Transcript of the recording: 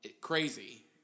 Crazy